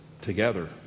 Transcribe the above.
together